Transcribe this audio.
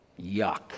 Yuck